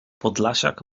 podlasiak